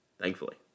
thankfully